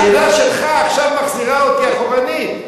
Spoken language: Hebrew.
השאלה שלך עכשיו מחזירה אותי אחורנית.